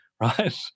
right